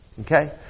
Okay